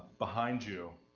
behind you.